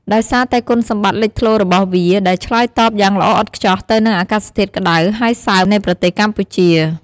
ដោយសារតែគុណសម្បត្តិលេចធ្លោរបស់វាដែលឆ្លើយតបយ៉ាងល្អឥតខ្ចោះទៅនឹងអាកាសធាតុក្ដៅហើយសើមនៃប្រទេសកម្ពុជា។